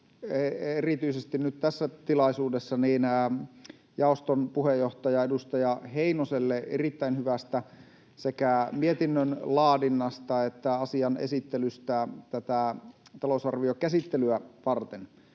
erityisesti nyt tässä tilaisuudessa jaoston puheenjohtaja, edustaja Heinoselle erittäin hyvästä sekä mietinnön laadinnasta että asian esittelystä tätä talousarviokäsittelyä varten.